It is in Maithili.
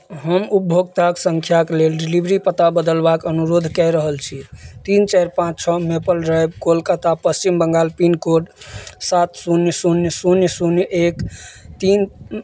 हम उपभोक्ता सँख्याके लेल डिलिवरी पता बदलबाक अनुरोध कऽ रहल छी तीन चारि पाँच छओ Maple Drive Kolkata Paschim Bangal pin code सात शून्य शून्य शून्य शून्य एक तीन